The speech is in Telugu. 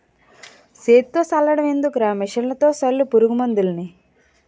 సేత్తో సల్లడం ఎందుకురా మిసన్లతో సల్లు పురుగు మందులన్నీ